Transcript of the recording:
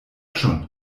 schon